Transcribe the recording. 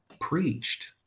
preached